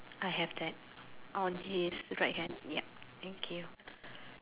I have that on his right hand ya thank you